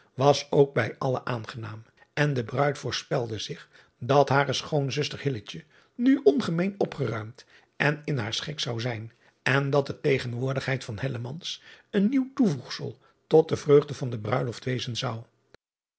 was ook bij alle aangenaam en de ruid voorspelde zich dat hare schoonzus driaan oosjes zn et leven van illegonda uisman ter nu ongemeen opgeruimd en in haar schik zou zijn en dat de tegenwoordigheid van een nieuw toevoegsel tot de vreugde van de bruiloft wezen zou